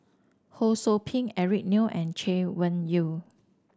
Ho Sou Ping Eric Neo and Chay Weng Yew